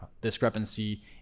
discrepancy